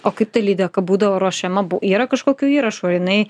o kaip ta lydeka būdavo ruošiama b yra kažkokių įrašų jinai